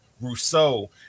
Rousseau